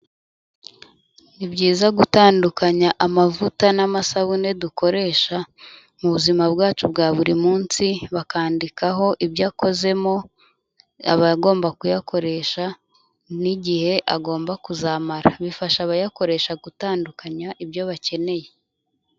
Ni byiza gutandukanya amavuta n'amasabune dukoresha mu buzima bwacu bwa buri munsi, bakandikaho ibyo akozemo, abagomba kuyakoresha n'igihe agomba kuzamara, bifasha abayakoresha gutandukanya ibyo bakeneye.